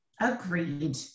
Agreed